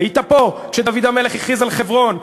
היית פה כשדוד המלך הכריז על חברון?